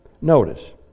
Notice